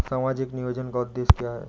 सामाजिक नियोजन का उद्देश्य क्या है?